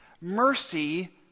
mercy